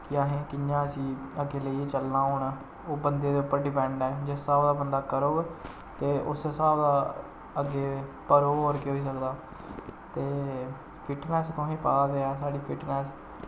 कि असें कि'यां इसी अग्गैं लेइयै चलना हून ओह् बंदे दे उप्पर डिपैंड ऐ जिस स्हाब दा बंदा करग ते उस्सै स्हाब दा अग्गें पर होर केह् होई सकदा ते फिटनेस तुसें पता ते ऐ साढ़ी फिटनेस